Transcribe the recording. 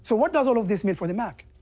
so what does all of this mean for the mac?